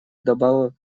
вдобавок